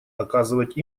оказывать